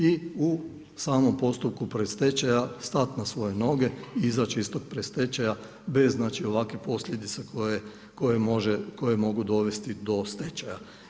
I u samom postupku predstečaja stat na svoje noge, izaći iz tog predstečaja bez znači ovakvih posljedica koje mogu dovesti do stečaja.